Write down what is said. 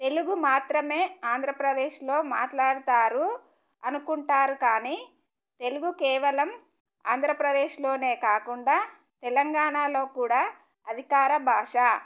తెలుగు మాత్రమే ఆంధ్రప్రదేశ్లో మాట్లాడతారు అనుకుంటారు కానీ తెలుగు కేవలం ఆంధ్రప్రదేశ్లోనే కాకుండా తెలంగాణలో కూడా అధికార భాష